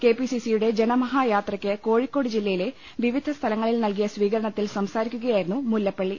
K P C സിയുടെ ജനമഹായാത്രയ്ക്ക് കോഴിക്കോട് ജില്ലയിലെ വിവിധ സ്ഥലങ്ങളിൽ നൽകിയ സ്ഥീകരണത്തിൽ സംസാരിക്കുകയായിരുന്നു മുല്ല പ്പള്ളി